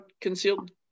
concealed